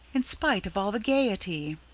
in spite of all the gaiety.